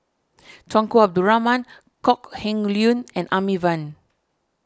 Tunku Abdul Rahman Kok Heng Leun and Amy Van